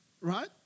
right